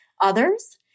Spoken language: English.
others